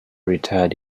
retired